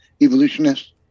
evolutionists